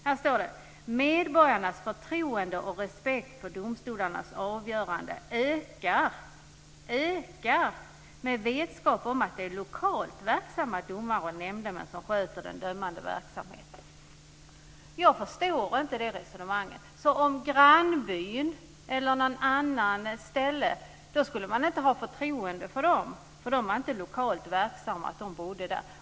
Det står: "Medborgarnas förtroende och respekt för domstolarnas avgöranden ökar med vetskapen om att lokalt verksamma domare och nämndemän sköter den dömande verksamheten." Jag förstår inte det resonemanget. Om det vore folk från grannbyn eller något annat ställe skulle man inte ha förtroende för dem, för de är inte lokalt verksamma.